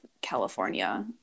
California